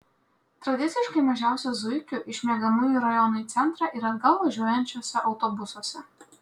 tradiciškai mažiausia zuikių iš miegamųjų rajonų į centrą ir atgal važiuojančiuose autobusuose